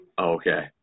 Okay